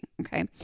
Okay